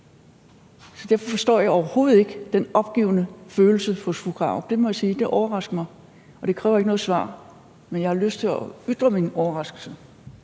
Så derfor forstår jeg overhovedet ikke den opgivende følelse hos fru Krarup. Det må jeg sige overrasker mig, og det kræver ikke noget svar, men jeg har lyst til at ytre min overraskelse.